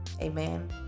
Amen